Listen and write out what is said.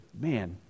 man